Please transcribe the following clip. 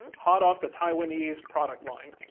hot off the taiwanese product line.